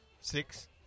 Six